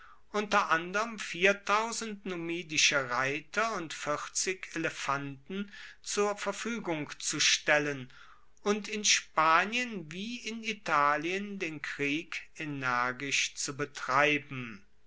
unter anderm numidische reiter und elefanten zur verfuegung zu stellen und in spanien wie in italien den krieg energisch zu betreiben